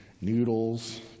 noodles